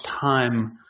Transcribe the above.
time